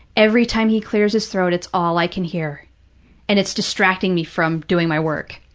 every time he clears his throat, it's all i can hear and it's distracting me from doing my work.